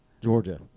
Georgia